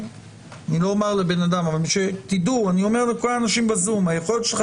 אני אומר לכל האנשים בזום היכולת שלכם